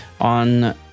on